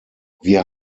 wir